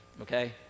Okay